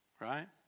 right